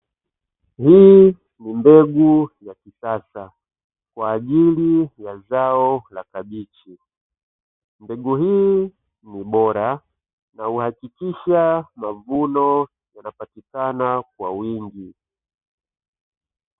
Hii ni mbegu ya kisasa, kwa ajili ya zao la kabichi. Mbegu hii ni bora na huhakikisha mavuno yanapatikana kwa wingi.